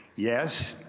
yes,